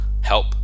Help